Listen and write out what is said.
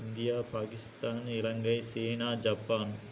India Pakistan Ilangai China Japan